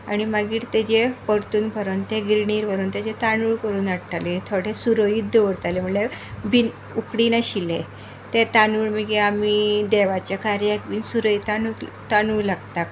आनी मागीर ताजेर परतून भरोन ते गिरणीर व्हरून ताजे तादूंळ करून हाडटाले थोडें सुरळीत दवरताले म्हणल्यार बी उकडी नाशिल्ले ते तादुंळ मागीर आमी देवाच्या कार्याक सुरैय तादुंळ लागता